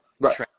right